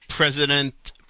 President